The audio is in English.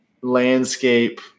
landscape